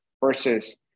versus